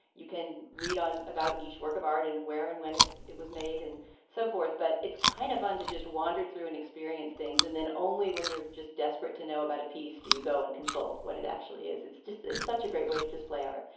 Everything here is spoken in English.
you can read on about each work of art and where and when it it was made and so forth. but it's kind of fun to just wander through and experience things. and then only when you're just desperate to know about a piece do you go and consult what it actually is. it's just it's such a great way to display art.